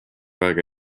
aega